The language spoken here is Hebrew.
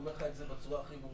אני אומר לך את זה בצורה הכי ברורה,